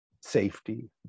safety